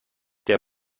der